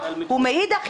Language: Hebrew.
--- אתה מוציא הודעות